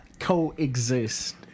Coexist